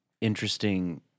interesting